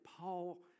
Paul